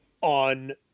on